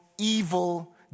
evil